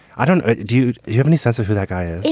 i don't. do you have any sense of who that guy is?